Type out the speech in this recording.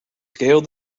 scaled